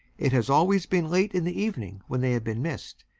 it has always been late in the evening when they have been missed,